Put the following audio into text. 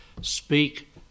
Speak